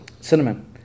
cinnamon